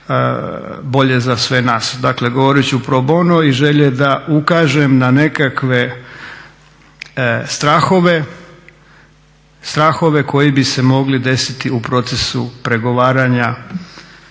bolje za sve nas. Dakle govorit ću pro bono iz želje da ukažem na nekakve strahove koji bi se mogli desiti u procesu pregovaranja